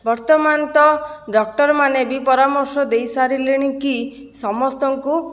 ବର୍ତ୍ତମାନ ତ ଡକ୍ଟରମାନେ ବି ପରାମର୍ଶ ଦେଇ ସାରିଲେଣି କି ସମସ୍ତଙ୍କୁ